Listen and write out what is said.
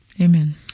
Amen